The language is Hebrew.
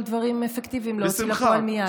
דברים אפקטיביים להוציא לפועל מייד.